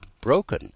broken